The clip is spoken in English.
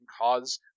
cause